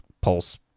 pulse